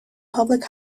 public